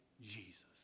Jesus